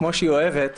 כמו שהיא אוהבת,